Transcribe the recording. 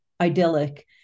idyllic